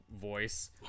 voice